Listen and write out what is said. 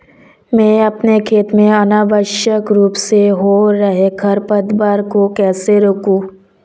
मैं अपने खेत में अनावश्यक रूप से हो रहे खरपतवार को कैसे रोकूं?